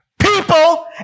people